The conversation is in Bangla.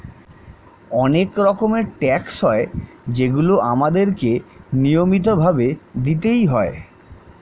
অনেক রকমের ট্যাক্স হয় যেগুলো আমাদের কে নিয়মিত ভাবে দিতেই হয়